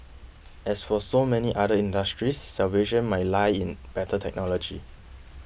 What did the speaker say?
as for so many other industries salvation may lie in better technology